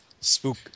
Spook